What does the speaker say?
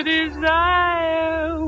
desire